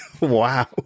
Wow